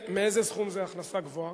מאיזה סכום זה הכנסה גבוהה?